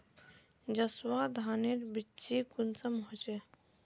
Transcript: जसवा धानेर बिच्ची कुंसम होचए?